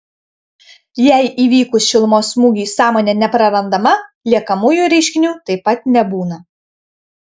jei įvykus šilumos smūgiui sąmonė neprarandama liekamųjų reiškinių taip pat nebūna